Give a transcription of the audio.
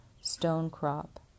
Stonecrop